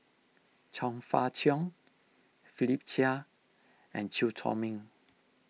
Chong Fah Cheong Philip Chia and Chew Chor Meng